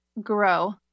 grow